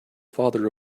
father